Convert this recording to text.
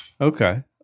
Okay